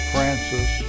Francis